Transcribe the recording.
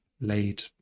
laid